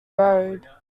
road